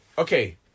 Okay